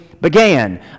began